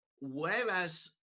whereas